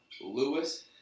Lewis